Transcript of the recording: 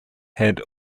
had